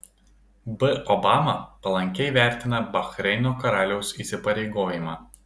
b obama palankiai vertina bahreino karaliaus įsipareigojimą